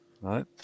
right